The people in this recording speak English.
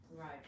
Right